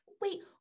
wait